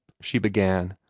she began,